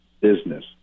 business